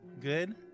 good